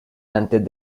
antes